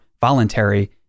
voluntary